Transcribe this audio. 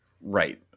Right